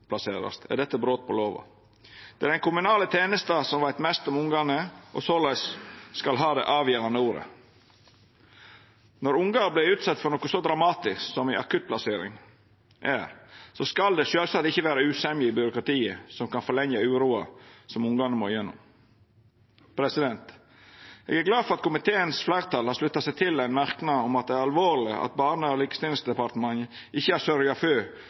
akuttplasserast, er dette brot på lova. Det er den kommunale tenesta som veit mest om ungane, og såleis skal ha det avgjerande ordet. Når ungar vert utsette for noko så dramatisk som ei akuttplassering, skal det sjølvsagt ikkje vera usemje i byråkratiet som kan forlengja uroa som ungane må gjennom. Eg er glad for at fleirtalet i komiteen har slutta seg til ein merknad om at det er alvorleg at Barne- og likestillingsdepartementet ikkje har